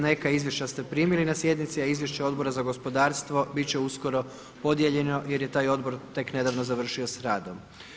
Neka izvješća ste primili na sjednici, a izvješće Odbora za gospodarstvo bit će uskoro podijeljeno jer je taj odbor tek nedavno završio s radom.